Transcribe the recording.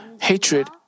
Hatred